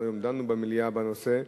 אנחנו היום דנו במליאה בנושא,